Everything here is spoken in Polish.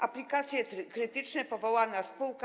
Aplikacje Krytyczne, powołana spółka.